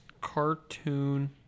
Cartoon